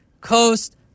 Coast